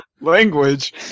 Language